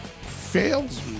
fails